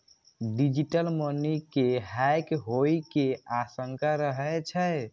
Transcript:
digital money के hack होइ के आशंका रहै छै